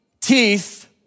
teeth